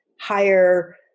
higher